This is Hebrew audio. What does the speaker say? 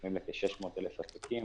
מסתכמים בכ-600,000 התיקים.